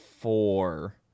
four